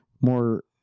more